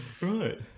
Right